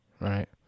right